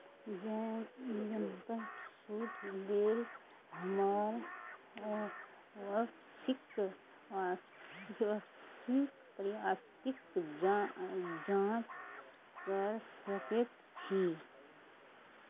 जम् जम्पसूट लेल हमर वा वा आपसिक आपसिक प्रगतिक जाँ जाँच करि सकैत छी